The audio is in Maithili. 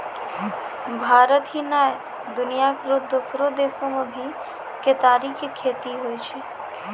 भारत ही नै, दुनिया रो दोसरो देसो मॅ भी केतारी के खेती होय छै